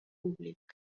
públic